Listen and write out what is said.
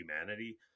humanity